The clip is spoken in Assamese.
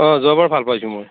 অঁ যোৱাবাৰ ভাল পাইছোঁ মই